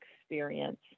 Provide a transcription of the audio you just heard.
experience